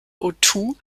otoo